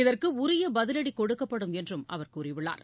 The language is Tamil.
இதற்கு உரிய பதிலடி கொடுக்கப்படும் என்றும் அவர் கூறியுள்ளார்